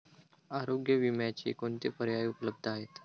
आरोग्य विम्याचे कोणते पर्याय उपलब्ध आहेत?